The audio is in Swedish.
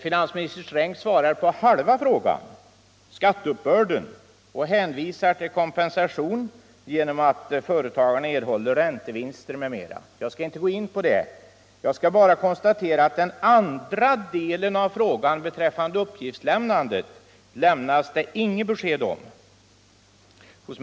Finansminister Sträng svarar på halva frågan — om skatteuppbörden — och hänvisar till kompensation genom att företagarna erhåller räntevinster. Jag skall inte gå in på det utan bara konstatera att det inte lämnas något besked om den andra delen av frågan — beträffande uppgiftslämning.